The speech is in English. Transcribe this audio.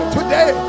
Today